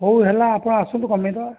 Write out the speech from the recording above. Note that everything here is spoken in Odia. ହଉ ହେଲା ଆପଣ ଆସନ୍ତୁ କମାଇଦେବା